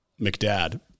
McDad